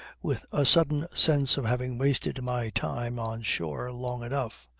with a sudden sense of having wasted my time on shore long enough,